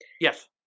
Yes